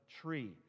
tree